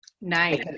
Nice